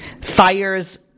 Fires